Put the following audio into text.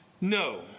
no